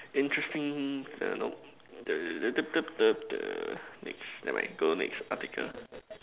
interesting err nope the dub dub dub the next never mind go next article